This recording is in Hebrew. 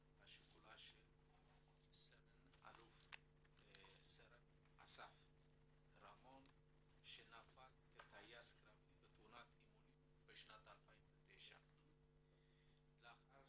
השכולה של סרן אסף רמון שנפל כטייס קרב בתאונת אימונים בשנת 2009. לאחר